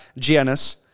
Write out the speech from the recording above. Giannis